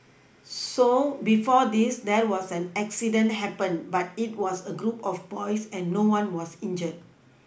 so before this there was an accident happened but it was a group of boys and no one was injured